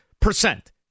percent